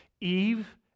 Eve